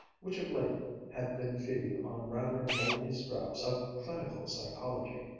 which of late had been feeding on rather moldy scraps of cynical psychology,